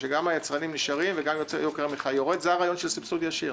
שגם היצרנים נשארים וגם יוקר המחיה יורד זה הרעיון של סבסוד ישיר.